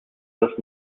this